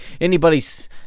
anybody's